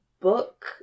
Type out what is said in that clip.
book